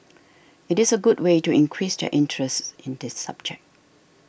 it is a good way to increase their interest in this subject